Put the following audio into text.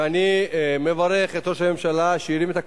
ואני מברך את ראש הממשלה שהרים את הכפפה,